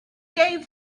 gave